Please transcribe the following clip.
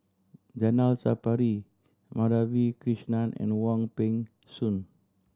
Zainal Sapari Madhavi Krishnan and Wong Peng Soon